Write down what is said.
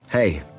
Hey